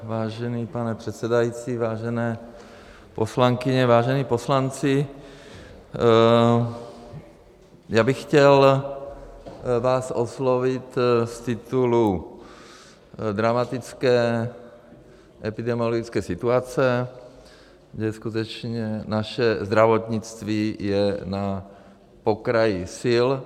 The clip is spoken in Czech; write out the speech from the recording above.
Vážený pane předsedající, vážené poslankyně, vážení poslanci, já bych chtěl vás oslovit z titulu dramatické epidemiologické situace, kdy skutečně naše zdravotnictví je na pokraji sil.